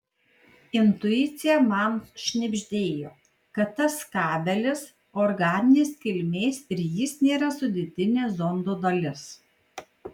intuicija man šnibždėjo kad tas kabelis organinės kilmės ir jis nėra sudėtinė zondo dalis